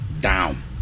down